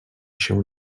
się